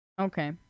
okay